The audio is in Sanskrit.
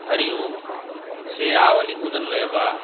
हरिः ओं सेयावलि भोजनालयः वा